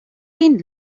been